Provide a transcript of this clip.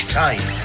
time